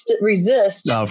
resist